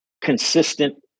consistent